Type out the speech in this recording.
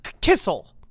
Kissel